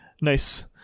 nice